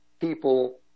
people